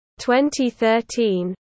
2013